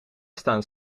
staan